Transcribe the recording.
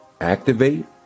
activate